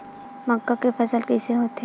मक्का के फसल कइसे होथे?